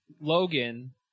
Logan